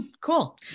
Cool